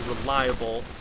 reliable